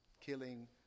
Killing